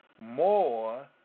more